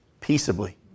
Peaceably